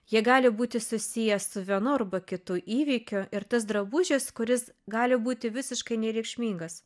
jie gali būti susiję su vienu arba kitu įvykiu ir tas drabužis kuris gali būti visiškai nereikšmingas